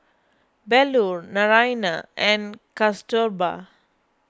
Bellur Naraina and Kasturba